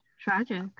Tragic